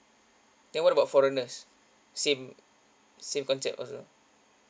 then what about foreigners same same concept also